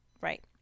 Right